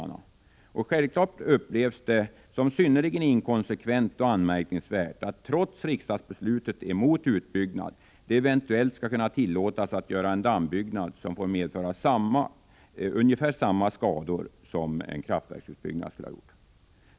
16 april 1985 Självklart upplevs det som synnerligen inkonsekvent och anmärkningsvärt att det trots riksdagsbeslut emot utbyggnad eventuellt skall kunna tillåtas att Om förstärkt skydd göra en dammbyggnad som medför ungefär motsvarande skador som en för Haverö strömkraftverksutbyggnad.